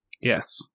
Yes